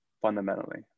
Fundamentally